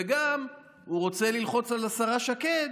וגם הוא רוצה ללחוץ על השרה שקד